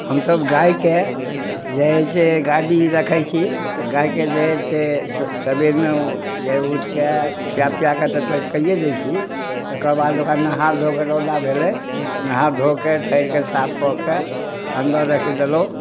हमसब गायके जे हय से गाय भी रखय छी गाय के जे हय से सबेर मे ओ जे हय उठि कए खिया पिया के तऽ टंच कइए दय छी तेकर बाद नहा धो कऽ रौदा भेलय नहा धो के थड़िके साफ कऽ के अन्दर रखि देलौं